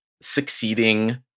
succeeding